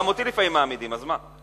גם אותי לפעמים מעמידים, אז מה?